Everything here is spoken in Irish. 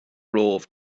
romhaibh